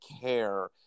care